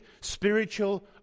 spiritual